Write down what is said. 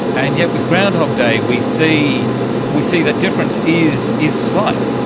and yet with groundhog day we see we see the difference is is slight,